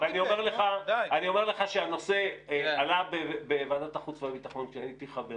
אני אומר לך שהנושא עלה בוועדת החוץ והביטחון כשהייתי חבר